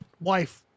wife